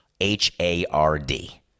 H-A-R-D